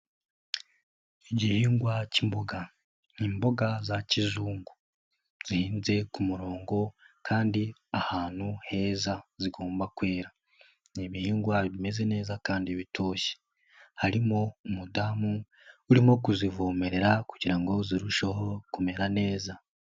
Igihingwa cy'imboga ni imboga za kizungu, zihinze ku murongo kandi ahantu heza zigomba kwera, ni ibihingwa bimeze neza kandi bitoshye, harimo umudamu urimo kuzivomerera kugira ngo zirusheho kumera neza.